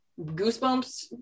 goosebumps